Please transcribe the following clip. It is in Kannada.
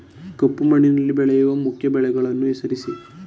ಕಪ್ಪು ಮಣ್ಣಿನಲ್ಲಿ ಬೆಳೆಯುವ ಮುಖ್ಯ ಬೆಳೆಗಳನ್ನು ಹೆಸರಿಸಿ